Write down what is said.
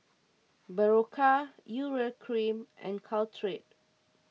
Berocca Urea Cream and Caltrate